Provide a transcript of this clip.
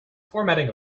formatting